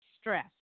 stress